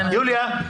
יוליה.